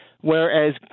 Whereas